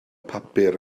papur